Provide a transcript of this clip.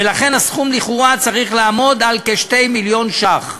ולכן הסכום לכאורה צריך לעמוד על כ-2 מיליון ש"ח,